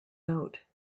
note